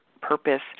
purpose